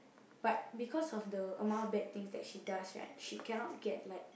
but because of the amount of bad things that she does right she cannot get like